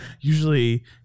Usually